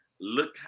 look